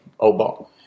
Obama